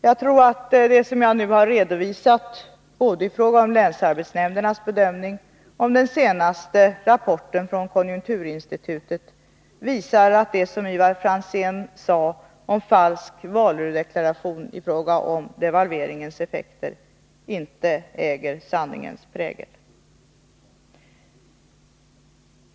Jag tror att det som jag nu har redovisat, både i fråga om länsarbetsnämndernas bedömning och om den senaste rapporten från konjunkturinstitutet, visar att det som Ivar Franzén sade om falsk varudeklaration i fråga om devalveringens effekter inte äger sanningens prägel.